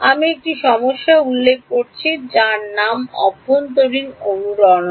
আমি একটি সমস্যা উল্লেখ করেছি যার নাম অভ্যন্তরীণ অনুরণন